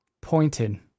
pointed